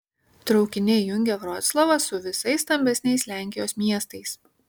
traukiniai jungia vroclavą su visais stambesniais lenkijos miestais